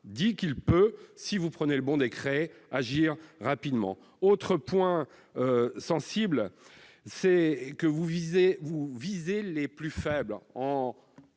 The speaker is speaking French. dit qu'il peut, si vous prenez le bon décret, agir rapidement. Autre point sensible, vous visez les plus faibles. En